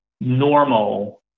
normal